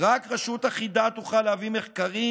רק רשות אחידה תוכל להביא מחקרים